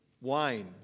wine